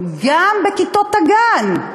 גם בכיתות הגן,